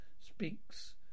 speaks